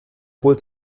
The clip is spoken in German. holt